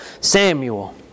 Samuel